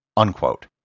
unquote